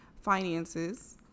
finances